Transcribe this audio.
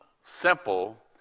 simple